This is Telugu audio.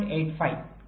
85